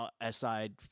aside